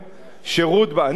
די,